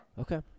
Okay